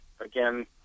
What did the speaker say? Again